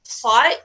plot